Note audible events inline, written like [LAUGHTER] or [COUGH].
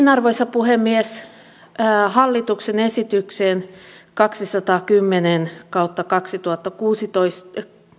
[UNINTELLIGIBLE] arvoisa puhemies hallituksen esitykseen kaksisataakymmentä kautta kaksituhattakuusitoista